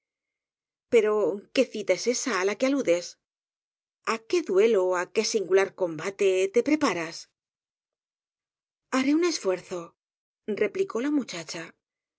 pero qué cita es esa á que aludes á qué duelo á qué singular combate te preparas haré un esfuerzo replicó la muchacha